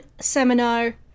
seminar